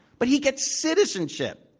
but he gets citizenship.